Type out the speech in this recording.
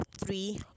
three